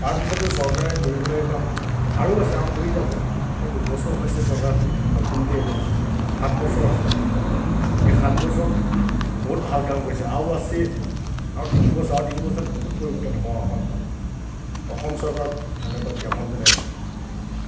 তাৰ পিছতো চৰকাৰে কৰিবলগীয়া কাম আৰু আছে আৰু কৰি যাব মাত্ৰ দুবছৰ হৈছে চৰকাৰখন নতুনকে এইবছৰ সাত বছৰ আছে এই সাত বছৰত বহুত ভাল কাম কৰিছে আৰু আছে আৰু তিনিবছৰ আৰু তিনি বছৰত বহুত পৰিৱৰ্তন হ'ব অসমখন অসম চৰকাৰক ধন্যবাদ জ্ঞাপন জনাইছোঁ